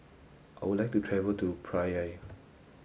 I would like to travel to Praia